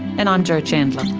and i'm jo chandler